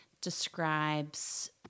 describes